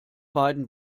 beiden